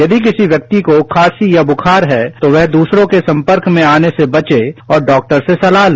यदिकिसी व्यक्ति को खांसी या बुखार है तो वह दूसरे के सम्पर्क में आने से बचे और डॉक्टरसे सलाह ले